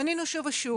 פנינו שוב ושוב